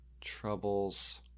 troubles